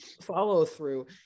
follow-through